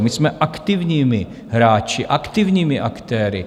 My jsme aktivními hráči, aktivními aktéry.